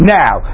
now